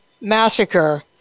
massacre